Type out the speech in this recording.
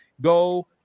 go